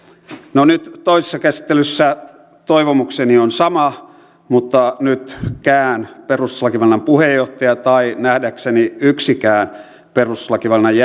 nyt toisessa käsittelyssä toivomukseni on sama mutta nytkään perustuslakivaliokunnan puheenjohtaja tai nähdäkseni yksikään perustuslakivaliokunnan